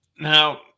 now